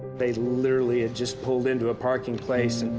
they literally had just pulled into a parking place.